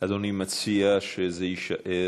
אדוני מציע שזה יישאר?